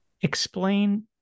explain